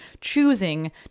choosing